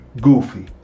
goofy